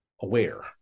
aware